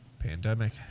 pandemic